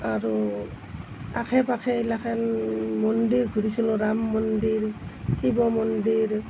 আৰু আশে পাশে এলেকাৰ মন্দিৰ ঘূৰিছিলোঁ ৰাম মন্দিৰ শিৱ মন্দিৰ